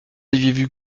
aviez